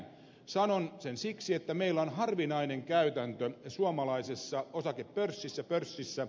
sanon sen siksi että meillä on harvinainen käytäntö suomalaisessa pörssissä